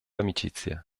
amicizia